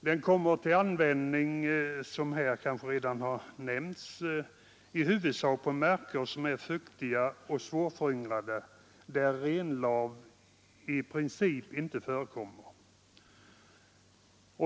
Den metoden kommer — som här kanske redan har nämnts — till användning i huvudsak på marker som är fuktiga och svårföryngrade, där renlav i princip inte förekommer.